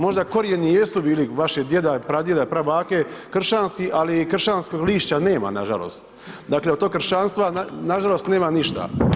Možda korijeni jesu bili vašeg djeda, pradjeda, prabake kršćanski, ali kršćanskog lišća nema nažalost, dakle od tog kršćanstva nažalost nema ništa.